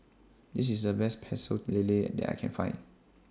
This IS The Best Pecel Lele that I Can Find